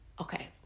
Okay